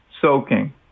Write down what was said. soaking